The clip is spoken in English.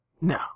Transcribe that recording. No